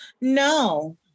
No